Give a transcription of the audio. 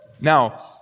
Now